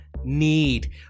need